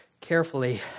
carefully